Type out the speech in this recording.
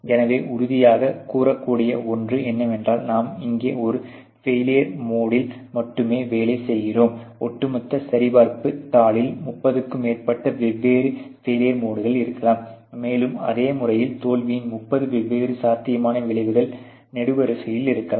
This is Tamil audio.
எனவே உறுதியாகக் கூறக்கூடிய ஒன்று என்னவென்றால் நாம் இங்கே ஒரு ஃபெயிலியர் மோடில் மட்டுமே வேலை செய்கிறோம் ஒட்டுமொத்த சரிபார்ப்புத் தாளில் 30 க்கும் மேற்பட்ட வெவ்வேறு ஃபெயிலியர் மோடுகள் இருக்கலாம் மேலும் அதே முறையில் தோல்வியின் 30 வெவ்வேறு சாத்தியமான விளைவுகள் நெடுவரிசையில் இருக்கலாம்